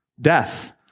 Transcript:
Death